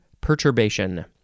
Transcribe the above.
perturbation